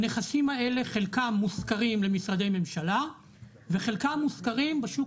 הנכסים האלה חלקם מושכרים למשרדי ממשלה וחלקם מושכרים בשוק